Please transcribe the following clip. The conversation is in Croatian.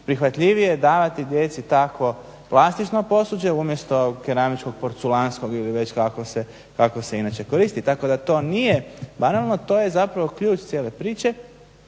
prihvatljivije je davati djeci takvo plastično posuđe umjesto keramičkog porculanskog ili već kakvo se inače koristi, tako da to nije banalno, to je zapravo ključ cijele priče